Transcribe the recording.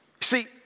See